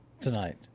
Tonight